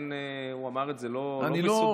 לא, לא,